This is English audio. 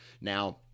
Now